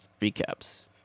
recaps